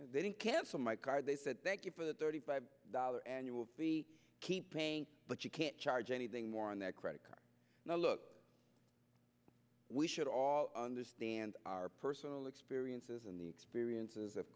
they didn't cancel my card they said thank you for the thirty five dollar annual fee keep paying but you can't charge anything more on that credit card now look we should all understand our personal experiences and the experiences